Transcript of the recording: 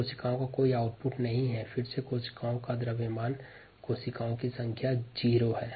अतः यहाँ भी रेट ऑफ़ आउटपुट के परिपेक्ष्य में कोशिका का द्रव्यमान या कोशिका की संख्या 0 है